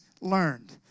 learned